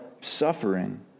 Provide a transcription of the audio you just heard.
suffering